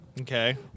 Okay